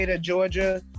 georgia